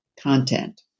content